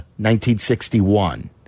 1961